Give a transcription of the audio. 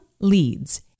leads